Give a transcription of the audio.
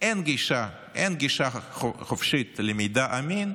אין גישה חופשית למידע אמין,